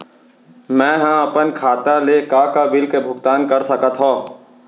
मैं ह अपन खाता ले का का बिल के भुगतान कर सकत हो